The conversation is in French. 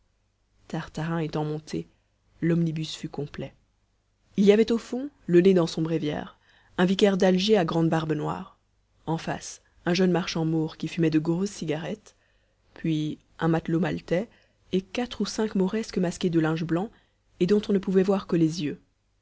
tartarin étant monté l'omnibus fut complet il y avait au fond le nez dans son bréviaire un vicaire d'alger à grande barbe noire en face un jeune marchand maure qui fumait de grosses cigarettes puis un matelot maltais et quatre ou cinq mauresques masquées de linges blancs et dont on ne pouvait voir que les yeux